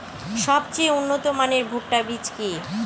সবথেকে উন্নত মানের ভুট্টা বীজ কি?